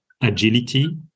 agility